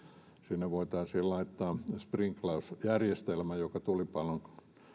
sinne voitaisiin laittaa sprinklausjärjestelmä joka tulipalon